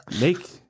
Make